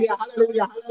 hallelujah